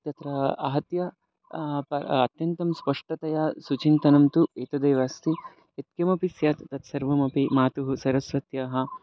तत्र आहत्य प अत्यन्तं स्पष्टतया सुचिन्तनं तु एतदेव अस्ति यत्किमपि स्यात् तत्सर्वमपि मातुः सरस्वत्याः